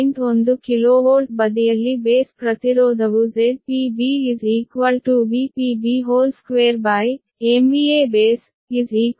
1 KV ಬದಿಯಲ್ಲಿ base ಪ್ರತಿರೋಧವು ZpBVpB2MVA base1